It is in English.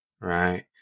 Right